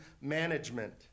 management